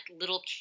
little